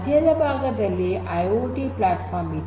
ಮಧ್ಯದ ಭಾಗದಲ್ಲಿ IIoT platform ಇದೆ